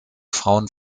frauen